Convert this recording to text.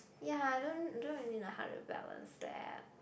ya I don't don't really know how to